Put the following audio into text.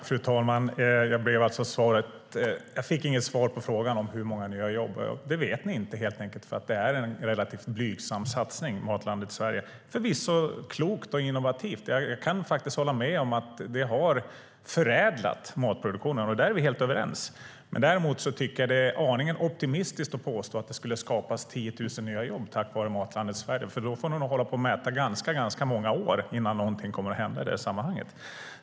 Fru talman! Jag fick inget svar på frågan hur många nya jobb som har skapats. Ni vet det helt enkelt inte eftersom Matlandet Sverige är en relativt blygsam satsning. Den är förvisso klok och innovativ. Jag kan faktiskt hålla med om att det har förädlat matproduktionen. Där är vi helt överens, men däremot tycker jag att det är aningen optimistiskt att påstå att det skulle skapas 10 000 nya jobb tack vare Matlandet Sverige. Ni får nog hålla på och mäta ganska många år innan någonting kommer att hända i det sammanhanget.